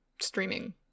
streaming